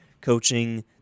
coaching